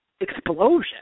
explosion